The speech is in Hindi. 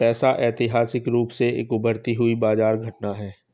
पैसा ऐतिहासिक रूप से एक उभरती हुई बाजार घटना है